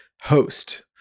host